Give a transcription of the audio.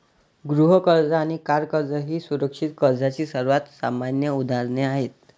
गृह कर्ज आणि कार कर्ज ही सुरक्षित कर्जाची सर्वात सामान्य उदाहरणे आहेत